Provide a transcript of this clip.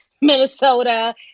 Minnesota